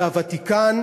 והוותיקן